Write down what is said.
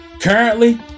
Currently